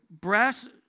brass